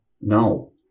No